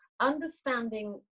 understanding